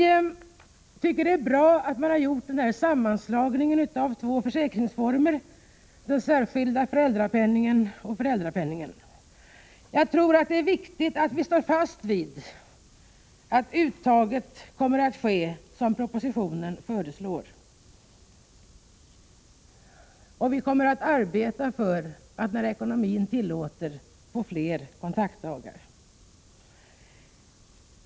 Vi tycker att det är bra med en sammanslagning av de två försäkringsformerna föräldrapenningen och den särskilda föräldrapenningen. Jag tror att det är nödvändigt att stå fast vid att uttaget sker som det föreslås i propositionen, och vi kommer att arbeta för att det när ekonomin tillåter blir fler kontaktdagar.